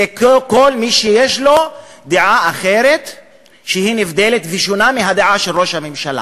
זה כל מי שיש לו דעה אחרת שהיא נבדלת ושונה מהדעה של ראש הממשלה,